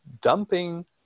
dumping